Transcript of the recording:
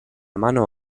mano